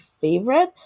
favorite